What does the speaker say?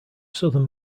southern